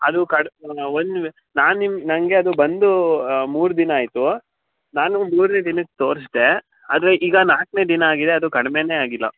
ಅದು ಕಡ ಒಂದ್ವೆ ನಾನು ನಿಮ್ಮ ನನಗೆ ಅದು ಬಂದು ಮೂರು ದಿನ ಆಯಿತು ನಾನು ಮೂರನೇ ದಿನಕ್ಕೆ ತೋರಿಸ್ದೆ ಆದರೆ ಈಗ ನಾಲ್ಕನೇ ದಿನ ಆಗಿದೆ ಅದು ಕಡಿಮೆನೇ ಆಗಿಲ್ಲ